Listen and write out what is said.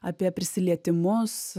apie prisilietimus